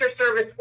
Service